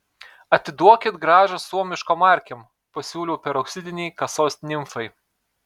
atiduokit grąžą suomiškom markėm pasiūliau peroksidinei kasos nimfai